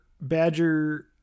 Badger